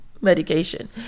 medication